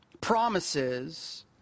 promises